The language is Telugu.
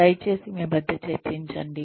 దయచేసి మీ మధ్య చర్చించండి